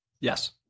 Yes